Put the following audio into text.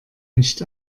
nicht